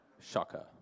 shocker